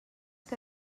que